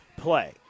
play